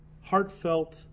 heartfelt